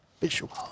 Visual